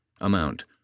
Amount